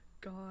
God